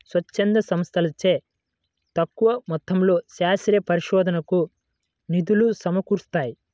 స్వచ్ఛంద సంస్థలచే తక్కువ మొత్తంలో శాస్త్రీయ పరిశోధనకు నిధులు సమకూరుతాయి